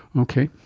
okay,